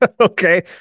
okay